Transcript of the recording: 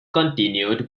continued